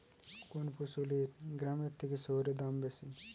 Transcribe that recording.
কোন ফসলের গ্রামের থেকে শহরে দাম বেশি?